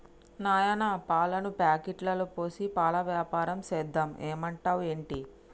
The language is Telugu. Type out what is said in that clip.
నాయనా పాలను ప్యాకెట్లలో పోసి పాల వ్యాపారం సేద్దాం ఏమంటావ్ ఏంటి